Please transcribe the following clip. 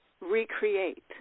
recreate